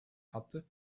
hatte